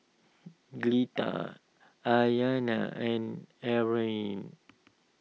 Cleta Ayana and Arne